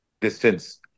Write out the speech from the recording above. distance